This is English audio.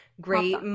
great